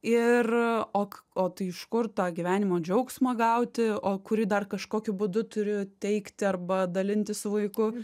ir o o tai iš kur tą gyvenimo džiaugsmą gauti o kurį dar kažkokiu būdu turiu teikti arba dalintis su vaiku